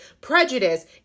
prejudice